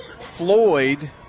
Floyd